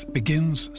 begins